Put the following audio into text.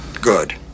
Good